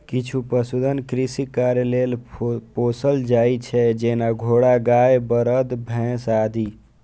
किछु पशुधन कृषि कार्य लेल पोसल जाइ छै, जेना घोड़ा, गाय, बरद, भैंस आदि